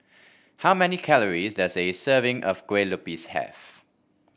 how many calories does a serving of Kue Lupis have